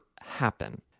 happen